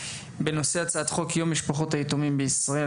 בנושא הצעת חוק יום משפחות היתומים בישראל,